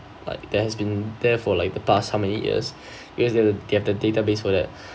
like there has been there for like the past how many years yes they they have the database for that